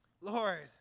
Lord